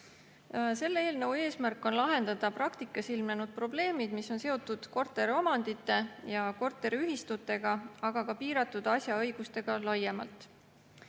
Selle eelnõu eesmärk on lahendada praktikas ilmnenud probleemid, mis on seotud korteriomandite ja korteriühistutega, aga ka piiratud asjaõigustega laiemalt. Kehtiv